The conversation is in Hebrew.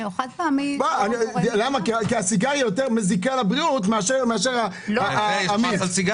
הסיגריה יותר מזיקה לבריאות מאשר המיץ.